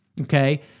okay